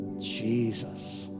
Jesus